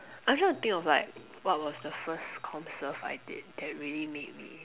I'm trying to think of like what was the first comm serve I did that really made me